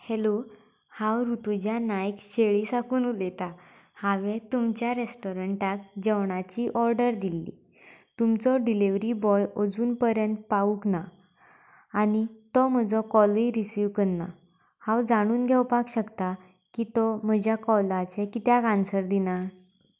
hello हांव रुतुजा नायक शेळी साकून उलयतां हांवें तुमच्या रेस्टोरंटांत जेवणाची ऑर्डर दिल्ली तुमचो डिलिवरी बॉय अजून परयान पावूंक ना आनी तो म्हजो कॉलूय रिसीव करना हांव जाणून घेवपाक शकतां की तो म्हज्या कॉलाचे कित्याक आनसर दिना